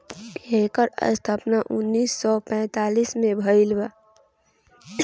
एकर स्थापना उन्नीस सौ पैंतीस में भइल रहे